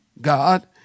God